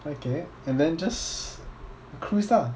okay and then just cruise lah